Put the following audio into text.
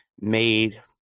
made